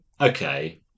okay